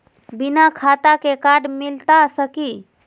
बिना खाता के कार्ड मिलता सकी?